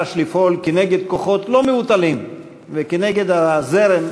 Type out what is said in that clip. דרש הדבר לפעול כנגד כוחות לא מבוטלים וכנגד הזרם,